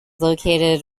located